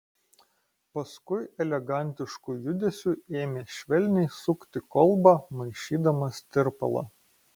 paskui elegantišku judesiu ėmė švelniai sukti kolbą maišydamas tirpalą